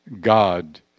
God